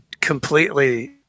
completely